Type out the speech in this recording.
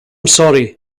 sorry